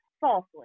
falsely